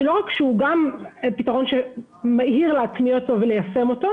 ולא רק שהיא פתרון מהיר ליישום,